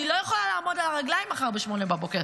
אני לא יכולה לעמוד על הרגליים מחר ב-08:00,